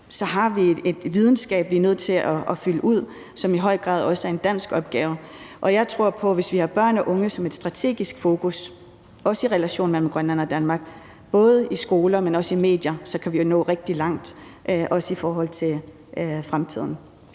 så har vi et vidensgab, vi er nødt at fylde ud, og som i høj grad også er en dansk opgave. Og jeg tror på, at hvis vi har børn og unge som et strategisk fokus, også i relationen mellem Grønland og Danmark, både i skoler og i medier, kan vi jo nå rigtig langt også i forhold til fremtiden.